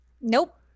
Nope